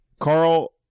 Carl